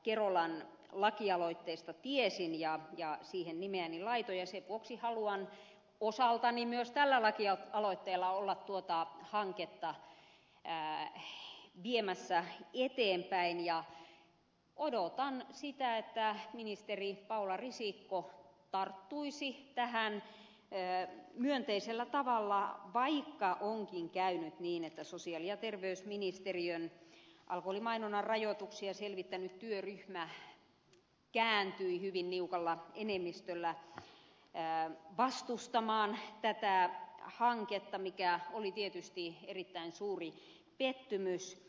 kerolan lakialoitteesta tiesin ja siihen nimeäni laitoin ja sen vuoksi haluan osaltani myös tällä lakialoitteella olla tuota hanketta viemässä eteenpäin ja odotan sitä että ministeri paula risikko tarttuisi tähän myönteisellä tavalla vaikka onkin käynyt niin että sosiaali ja terveysministeriön alkoholimainonnan rajoituksia selvittänyt työryhmä kääntyi hyvin niukalla enemmistöllä vastustamaan tätä hanketta mikä oli tietysti erittäin suuri pettymys